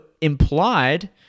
implied